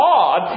God